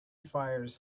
fires